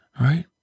right